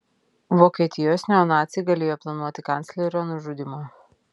vokietijos neonaciai galėjo planuoti kanclerio nužudymą